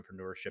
entrepreneurship